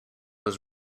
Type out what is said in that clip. was